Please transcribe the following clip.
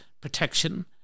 protection